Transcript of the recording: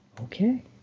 Okay